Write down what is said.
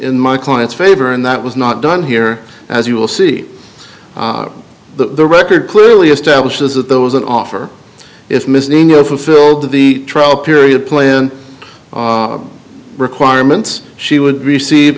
in my client's favor and that was not done here as you will see the record clearly establishes that there was an offer is misleading or fulfilled the trial period plan requirements she would receive